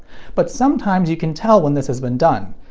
but sometimes you can tell when this has been done.